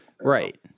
Right